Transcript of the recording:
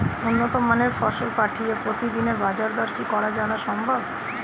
উন্নত মানের ফসল পাঠিয়ে প্রতিদিনের বাজার দর কি করে জানা সম্ভব?